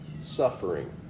suffering